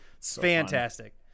Fantastic